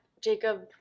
Jacob